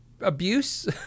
abuse